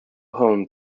home